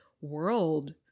world